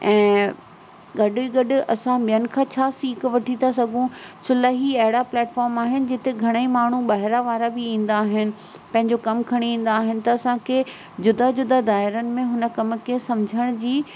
ऐं गॾु ई गॾु असां ॿियनि खां छा सीख वठी था सघूं छो लाइ ही अहिड़ा प्लेटफॉर्म आहिनि जिते घणे माण्हू ॿाहिरां ॿाहिरां बि ईंदा आहिनि पंहिंजो कमु खणी ईंदा आहिनि त असांखे जुदा जुदा दायरनि में हुन कम खे समुझण जी